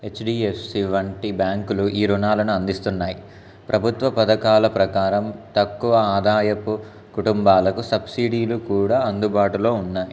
H D F C వంటి బ్యాంకులు ఈ రుణాలను అందిస్తున్నాయి ప్రభుత్వ పథకాల ప్రకారం తక్కువ ఆదాయపు కుటుంబాలకు సబ్సిడీలు కూడా అందుబాటులో ఉన్నాయి